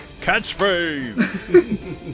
Catchphrase